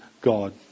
God